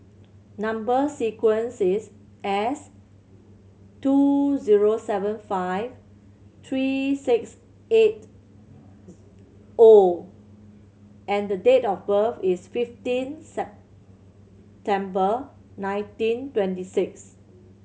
number sequence is S two zero seven five three six eight O and the date of birth is fifteen September nineteen twenty six